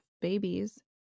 babies